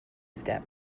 step